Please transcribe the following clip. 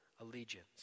allegiance